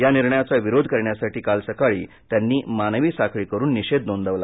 या निर्णयाचा विरोध करण्यासाठी काल सकाळी त्यांनी मानवी साखळी करून निषेध नोंदवला